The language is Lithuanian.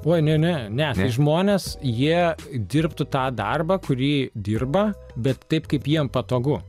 o ne ne ne žmonės jie dirbtų tą darbą kurį dirba bet taip kaip jiem patogu